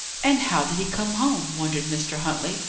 and how did he come home? wondered mr. huntley,